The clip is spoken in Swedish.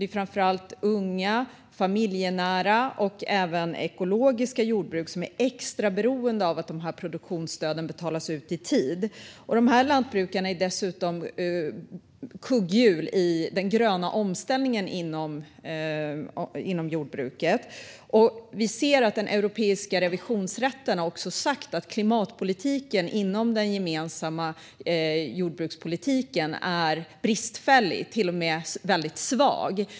Det är framför allt unga, familjenära och ekologiska jordbruk som är extra beroende av att dessa produktionsstöd betalas ut i tid. Dessa lantbrukare är dessutom kugghjul i den gröna omställningen inom jordbruket. Vi vet att Europeiska revisionsrätten också har sagt att klimatpolitiken inom den gemensamma jordbrukspolitiken är bristfällig och till och med väldigt svag.